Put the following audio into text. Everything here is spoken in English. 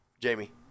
Jamie